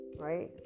right